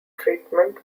treatment